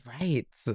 Right